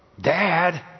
Dad